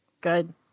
Good